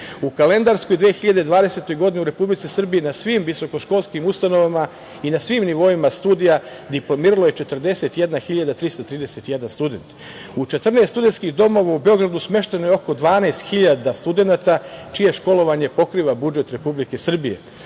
U kalendarskoj 2020. godini u Republici Srbiji na svim visokoškolskim ustanovama i na svim nivoima studija diplomiralo je 41.331 student. U 14 studentskih domova u Beogradu, smešteno je oko 12.000 studenata, čije školovanje pokriva budžet Republike Srbije. Dakle,